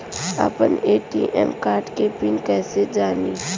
आपन ATM card के PIN कईसे जानी?